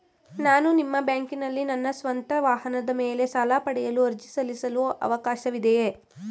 ನಾನು ನಿಮ್ಮ ಬ್ಯಾಂಕಿನಲ್ಲಿ ನನ್ನ ಸ್ವಂತ ವಾಹನದ ಮೇಲೆ ಸಾಲ ಪಡೆಯಲು ಅರ್ಜಿ ಸಲ್ಲಿಸಲು ಅವಕಾಶವಿದೆಯೇ?